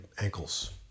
ankles